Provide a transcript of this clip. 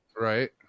right